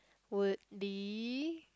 would be